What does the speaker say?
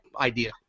idea